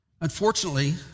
Unfortunately